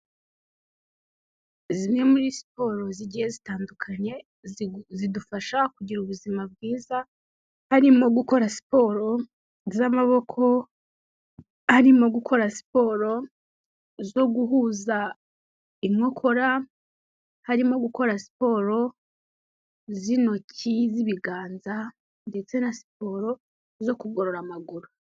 Zimwe muri siporo zigiye zitandukanye zidufasha kugira ubuzima bwiza, harimo gukora siporo z'amaboko, harimo gukora siporo zo guhuza inkokora, harimo gukora siporo z'intoki, z'ibiganza, ndetse na siporo zo kugorora amaguru.